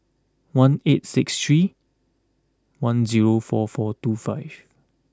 one eight six three one zero four four two five